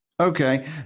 Okay